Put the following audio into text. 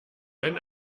wenn